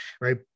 Right